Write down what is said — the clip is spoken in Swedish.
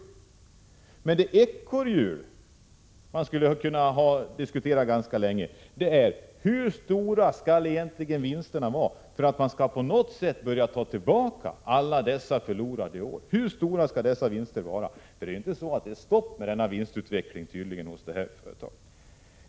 Frågeställningen kring det ekorrhjul som man skulle kunna diskutera ganska länge är hur stora vinsterna egentligen skall vara för att man på något sätt skall kunna börja ta igen alla dessa förlorade år. Det är tydligen inte stopp på vinstutvecklingen i detta företag.